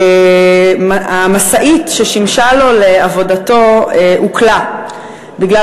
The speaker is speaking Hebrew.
המשאית ששימשה לו לעבודתו עוקלה בגלל